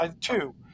two